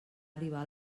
arribar